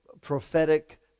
Prophetic